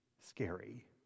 scary